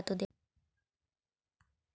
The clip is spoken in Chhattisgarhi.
मिरचा के खेती म का खातू देबो?